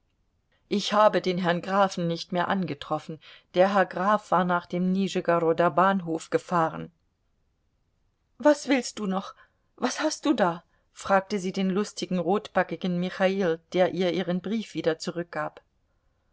ich habe den herrn grafen nicht mehr angetroffen der herr graf war nach dem nischegoroder bahnhof gefahren was willst du noch was hast du da fragte sie den lustigen rotbackigen michail der ihr ihren brief wieder zurückgab